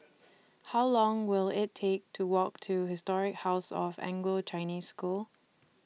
How Long Will IT Take to Walk to Historic House of Anglo Chinese School